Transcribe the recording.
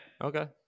Okay